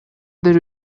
бир